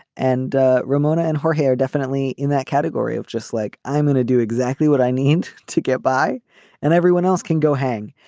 and ah ramona and her hair definitely in that category of just like i'm going to do exactly what i need to get by and everyone else can go hang.